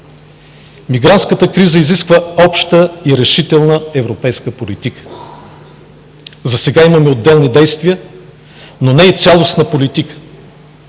Мигрантската криза изисква обща и решителна европейска политика. Засега имаме отделни действия, но не и цялостна политика.